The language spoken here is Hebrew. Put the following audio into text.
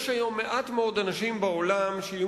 יש היום מעט מאוד אנשים בעולם שיהיו